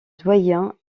doyen